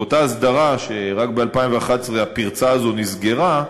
באותה הסדרה, ורק ב-2011, הפרצה הזאת נסגרה,